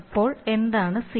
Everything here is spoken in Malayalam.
അപ്പോൾ എന്താണ് ζ